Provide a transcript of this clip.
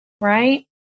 right